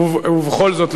ובכל זאת,